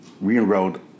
re-enrolled